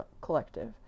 Collective